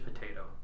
potato